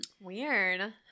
weird